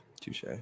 Touche